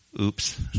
Oops